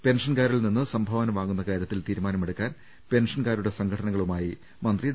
പെൻഷൻകാരിൽ നിന്ന് സംഭാവന വാങ്ങുന്ന കാര്യ ത്തിൽ തീരുമാനമെടുക്കാൻ പെൻഷൻകാരുടെ സംഘ ടനകളുമായി മന്ത്രി ഡോ